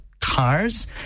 cars